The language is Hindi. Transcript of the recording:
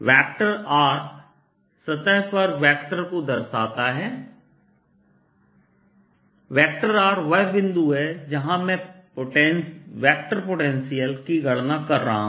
वेक्टर R सतह पर वेक्टर को दर्शाता है r वह बिंदु है जहां मैं वेक्टर पोटेंशियल की गणना कर रहा हूं